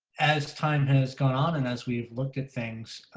as time has gone on and as we've looked at things.